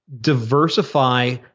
diversify